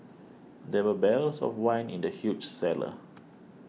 there were barrels of wine in the huge cellar